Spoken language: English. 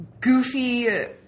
goofy